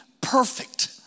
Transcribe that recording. perfect